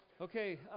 Okay